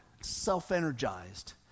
self-energized